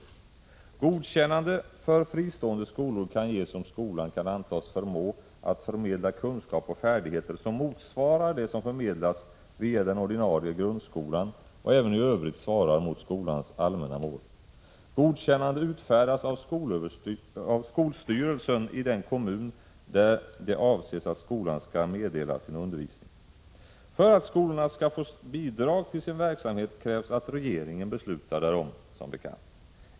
Godkännande för fristående skolor kan ges, om skolan kan antas förmå att förmedla kunskap och färdigheter, som motsvarar det som förmedlas via den ordinarie grundskolan och även i övrigt svarar mot skolans allmänna mål. Godkännande utfärdas av skolstyrelsen i den kommun där det avses att skolan skall meddela sin undervisning. För att skolorna skall få bidrag till sin verksamhet krävs som bekant att regeringen beslutar därom.